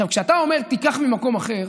כשאתה אומר תיקח ממקום אחר,